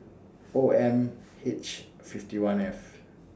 O M H fifty one F